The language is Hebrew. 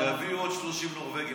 שיביאו עוד 30 נורבגים,